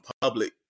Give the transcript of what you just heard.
public